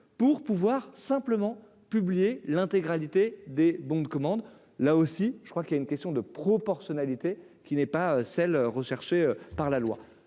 pour pouvoir simplement publié l'intégralité des bons de commande, là aussi, je crois qu'il y a une question de proportionnalité qui n'est pas celle recherchées par la loi,